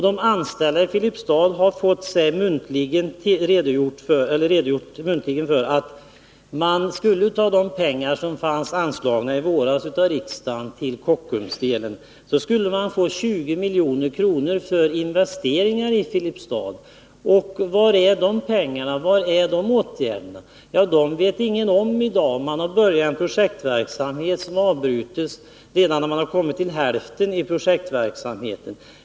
De anställda i Filipstad har fått en muntlig redogörelse för att 20 milj.kr. av de pengar som av riksdagen i våras anslogs till Kockumsdelen skulle ha gått till investeringar i Filipstad. Var finns de pengarna? Vilka är de åtgärder som har vidtagits? Det vet ingen i dag. Man har börjat en projektverksamhet, som har avbrutits sedan den bara har kommit halvvägs.